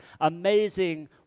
amazing